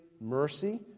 mercy